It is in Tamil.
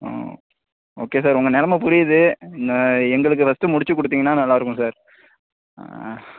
ம் ஓகே சார் உங்கள் நெலமை புரியுது எங்களுக்கு ஃபஸ்ட்டு முடித்து கொடுத்திங்கன்னா நல்லாயிருக்கும் சார் ஆ